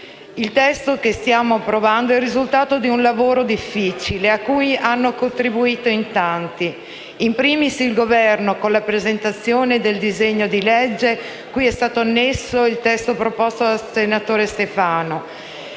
Il testo che stiamo per approvare è il risultato di un lavoro complesso, a cui hanno contribuito in tanti: *in primis* il Governo, con la presentazione del disegno di legge, cui è stato annesso il testo proposto dal senatore Stefano;